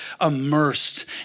immersed